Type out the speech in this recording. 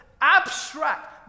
abstract